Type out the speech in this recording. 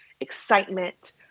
excitement